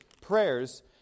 prayers